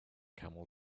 camel